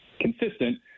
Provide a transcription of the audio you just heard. consistent